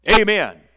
Amen